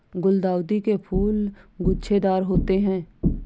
गुलदाउदी के फूल गुच्छेदार होते हैं